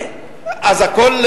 אז הכול,